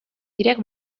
кирәк